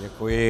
Děkuji.